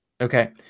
Okay